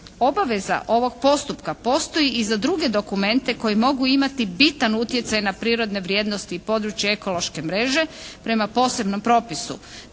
obaveza ovog postupka postoji i za druge dokumente koji mogu imati bitan utjecaj na prirodne vrijednosti i područje ekološke mreže prema posebnom propisu,